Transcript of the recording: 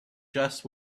just